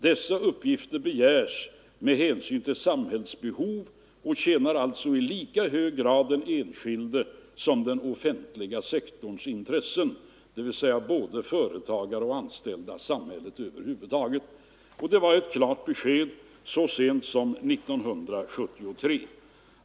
Dessa uppgifter begärs med hänsyn till samhällets behov och tjänar alltså i lika hög grad den enskilda som den offentliga sektorns intressen.” Uppgifterna gagnar sålunda hela samhället, dvs. både företagare och anställda. Det var ett klart besked, som gavs så sent som 1973.